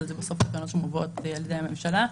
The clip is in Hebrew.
אלה בסוף תקנות שמובאות על ידי הממשלה.